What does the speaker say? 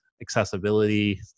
accessibility